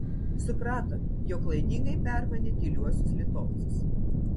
suprato jog klaidingai permanė tyliuosius litovcus